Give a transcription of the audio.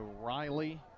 Riley